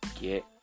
get